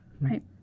Right